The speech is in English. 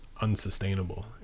Unsustainable